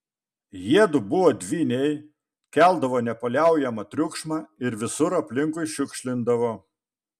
jiedu buvo dvyniai keldavo nepaliaujamą triukšmą ir visur aplinkui šiukšlindavo